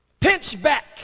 Pinchback